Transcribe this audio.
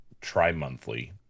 tri-monthly